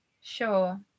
Sure